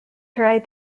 right